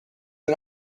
and